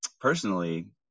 personally